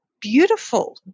beautiful